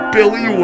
Billy